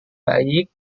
baik